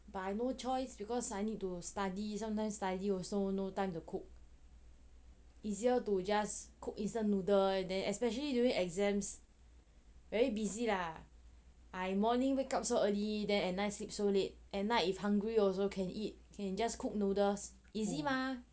no choice because I need to study then study also no time to cook easier to just cook instant noodle then especially during exams very busy lah I morning wake up so early then at night sleep so late at night if hungry also can eat can just cook noodles easy mah